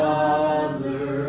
Father